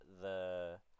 the-